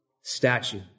statue